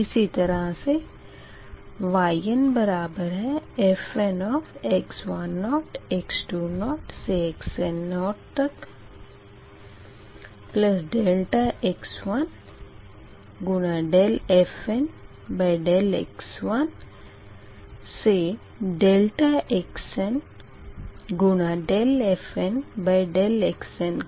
इसी तरह से yn बराबर है fnx10 x20 xn0 ∆x1dfndx1up to ∆xn dfndxn के